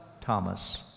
Thomas